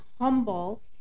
humble